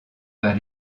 par